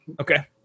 Okay